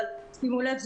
אבל שימו לב,